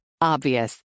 Obvious